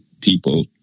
people